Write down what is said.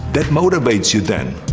that motivates you then.